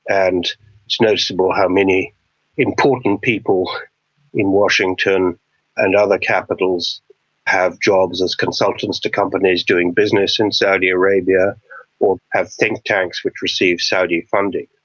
and noticeable how many important people in washington and other capitals have jobs as consultants to companies doing business in saudi arabia or have think-tanks which receive saudi funding.